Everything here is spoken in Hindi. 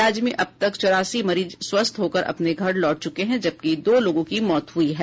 राज्य में अब तक चौरासी मरीज स्वस्थ होकर अपने घर लौट चुके हैं जबकि दो लोगों की मौत हुई है